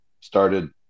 started